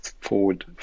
forward